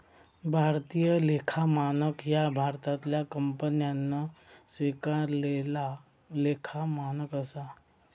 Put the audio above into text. भारतीय लेखा मानक ह्या भारतातल्या कंपन्यांन स्वीकारलेला लेखा मानक असा